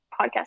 podcast